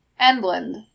Endland